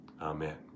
Amen